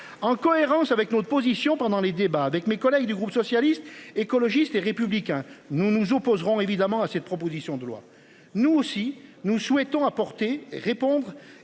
En cohérence avec notre position pendant les débats avec mes collègues du groupe socialiste, écologiste et républicain. Nous nous opposerons évidemment à cette proposition de loi, nous aussi, nous souhaitons apporter répondre